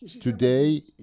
today